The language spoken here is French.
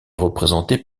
représentée